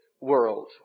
world